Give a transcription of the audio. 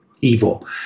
evil